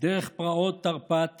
דרך פרעות תרפ"ט